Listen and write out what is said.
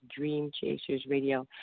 DreamChasersRadio